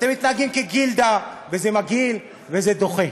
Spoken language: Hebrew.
אתם מתנהגים כגילדה, וזה מגעיל, וזה דוחה.